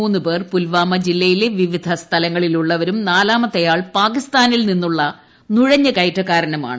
മൂന്ന് പേർ പുൽവാമ ജില്ലയിലെ വിവിധ സ്ഥലങ്ങളിലുള്ളവരും നാലാമത്തെ ആൾ പാകിസ്ഥാനിൽ നിന്നുള്ള നുഴഞ്ഞുകയറ്റക്കാരനുമാണ്